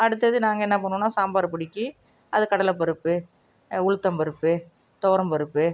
அடுத்தது நாங்கள் என்ன பண்ணுவோம்னா சாம்பார் பொடிக்கு அது கடலைப்பருப்பு உளுத்தம்பருப்பு துவரம்பருப்பு